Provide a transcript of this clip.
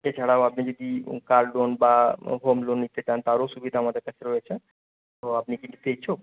এছাড়াও আপনি যদি কার লোন বা হোম লোন নিতে চান তারও সুবিধা আমাদের কাছে রয়েছে তো আপনি কি নিতে ইচ্ছুক